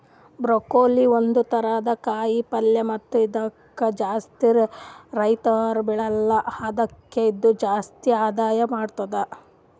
broccoli ಒಂದ್ ಥರದ ಕಾಯಿ ಪಲ್ಯ ಮತ್ತ ಇದುಕ್ ಜಾಸ್ತಿ ರೈತುರ್ ಬೆಳೆಲ್ಲಾ ಆದುಕೆ ಇದು ಜಾಸ್ತಿ ಆದಾಯ ಮಾಡತ್ತುದ